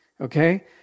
okay